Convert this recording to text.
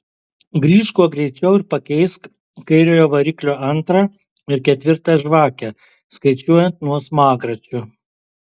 grįžk kuo greičiau ir pakeisk kairiojo variklio antrą ir ketvirtą žvakę skaičiuojant nuo smagračio